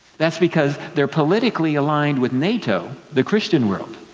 that's because they're politically aligned with nato, the christian world.